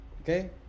Okay